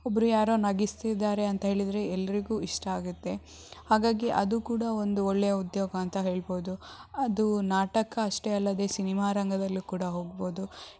ಒಬ್ಬರು ಯಾರೋ ನಗಿಸ್ತಿದ್ದಾರೆ ಅಂತ ಹೇಳಿದರೆ ಎಲ್ಲರಿಗೂ ಇಷ್ಟ ಆಗುತ್ತೆ ಹಾಗಾಗಿ ಅದು ಕೂಡ ಒಂದು ಒಳ್ಳೆಯ ಉದ್ಯೋಗ ಅಂತ ಹೇಳ್ಬೌದು ಅದು ನಾಟಕ ಅಷ್ಟೇ ಅಲ್ಲದೆ ಸಿನಿಮಾರಂಗದಲ್ಲೂ ಕೂಡ ಹೋಗ್ಬೌದು